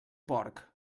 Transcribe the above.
porc